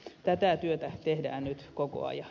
tätä työtä tehdään nyt koko ajan